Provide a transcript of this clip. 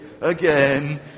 again